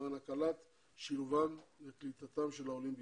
למען הקלת שילובם וקליטתם של העולים בישראל.